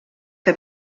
que